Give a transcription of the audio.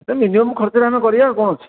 minimum ଖର୍ଚ୍ଚରେ ଆମେ କରିବା ଆଉ କ'ଣ ଅଛି